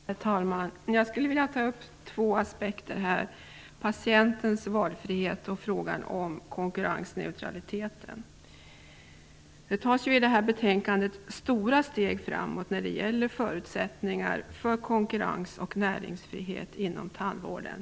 Herr talman! Jag skulle vilja ta upp två aspekter: Det tas i detta betänkande stora steg framåt när det gäller förutsättningar för konkurrens och näringsfrihet inom tandvården.